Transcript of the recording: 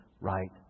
right